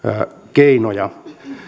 keinoja